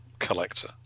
collector